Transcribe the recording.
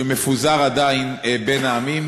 שמפוזר עדיין בין העמים,